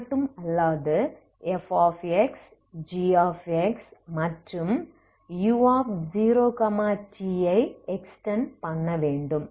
அது மட்டும் அல்லாது f gமற்றும் u0t எக்ஸ்டெண்ட் பண்ண வேண்டும்